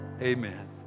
Amen